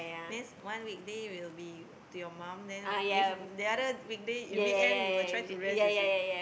means one weekday will be to your mum then if the other weekday weekend you will try to rest you see